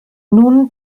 nun